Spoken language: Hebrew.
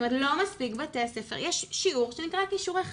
יש שיעור שנקרא כישורי חיים,